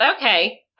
Okay